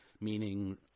meaning